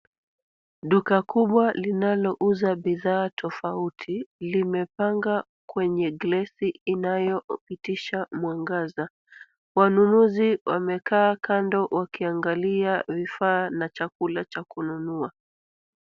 Duka kubwa linalouza bidhaa tofauti, limepanga kwenye glesi inayopitisha mwangaza. Wanunuzi wamekaa kando wakiangalia vifaa na chakula cha kununua.